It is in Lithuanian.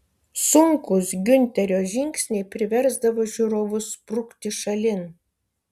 sunkūs giunterio žingsniai priversdavo žiūrovus sprukti šalin